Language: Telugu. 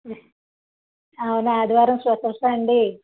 అవును ఆదివారం స్పెషల్స్ సా అండి